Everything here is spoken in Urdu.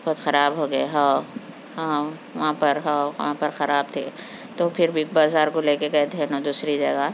بہت خراب ہو گئے ہاو ہاں وہاں پر ہاو وہاں پر خراب تھے تو پھر بگ بازار کو لے کے گئے تھے نا دوسری جگہ